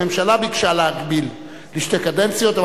הממשלה ביקשה להגביל לשתי קדנציות.